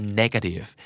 negative